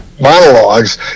monologues